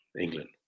England